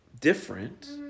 different